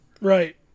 right